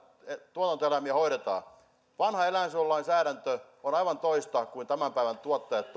tuotantoeläimiä hoidetaan vanha eläinsuojelulainsäädäntö on aivan toista kuin miten tämän päivän tuottajat